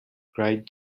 cried